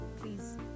Please